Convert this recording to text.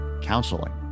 counseling